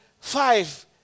five